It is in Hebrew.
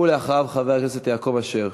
ואחריו, חבר הכנסת יעקב אשר.